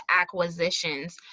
acquisitions